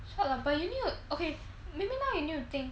错 lah but you need to okay maybe now you need to think